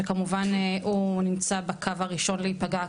שכמובן הוא נמצא בקו הראשון להיפגע,